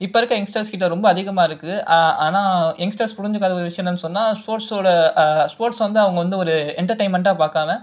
இப்போ இருக்க யங்ஸ்டர்ஸ்கிட்ட ரொம்ப அதிகமாக இருக்குது ஆனால் யங்ஸ்டர்ஸ் புரிஞ்சுக்காத ஒரு விஷயம் என்னெனு சொன்னால் ஸ்போர்ட்ஸோடய ஸ்போர்ட்ஸ் வந்து அவங்க வந்து ஒரு என்டர்டைன்மென்ட்டா பார்க்காம